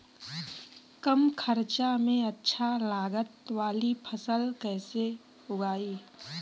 कम खर्चा में अच्छा लागत वाली फसल कैसे उगाई?